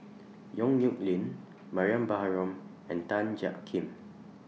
Yong Nyuk Lin Mariam Baharom and Tan Jiak Kim